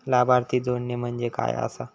लाभार्थी जोडणे म्हणजे काय आसा?